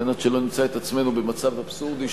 על מנת שלא נמצא את עצמנו במצב אבסורדי,